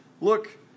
look